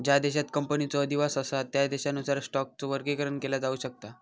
ज्या देशांत कंपनीचो अधिवास असा त्या देशानुसार स्टॉकचो वर्गीकरण केला जाऊ शकता